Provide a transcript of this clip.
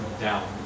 down